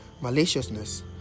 maliciousness